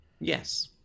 Yes